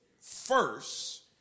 first